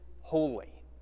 holy